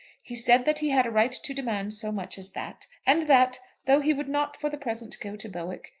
he said that he had a right to demand so much as that, and that, though he would not for the present go to bowick,